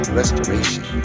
restoration